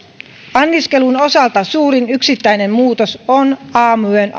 anniskelun osalta suurin yksittäinen muutos on aamuyön